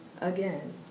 again